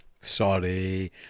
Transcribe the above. Sorry